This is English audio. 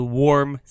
warm